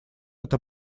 это